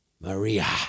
Maria